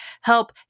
help